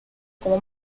como